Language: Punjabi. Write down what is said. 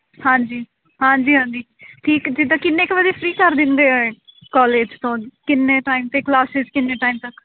ਹਾਂਜੀ ਹਾਂਜੀ ਠੀਕ ਜਿੱਦਾਂ ਕਿੰਨੇ ਕੁ ਵਜੇ ਫਰੀ ਕਰ ਦਿੰਦੇ ਆ ਕੋਲਿਜ ਤੋਂ ਕਿੰਨੇ ਟਾਈਮ 'ਤੇ ਕਲਾਸਿਸ ਕਿੰਨੇ ਟਾਈਮ ਤੱਕ